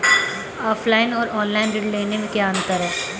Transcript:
Offline और online ऋण लेने में क्या अंतर है?